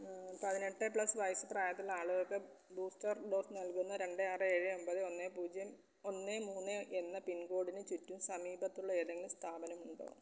പതിനെട്ട് പ്ലസ് വയസ്സ് പ്രായത്തിലുള്ള ആളുകൾക്ക് ബൂസ്റ്റർ ഡോസ് നൽകുന്ന രണ്ട് ആറ് ഏഴ് ഒമ്പത് ഒന്ന് പൂജ്യം ഒന്ന് മൂന്ന് എന്ന പിൻകോഡിന് ചുറ്റും സമീപത്തുള്ള ഏതെങ്കിലും സ്ഥാപനമുണ്ടോ